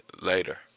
later